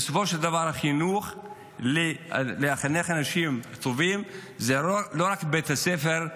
בסופו של דבר לחנך אנשים טובים זה לא רק בית הספר,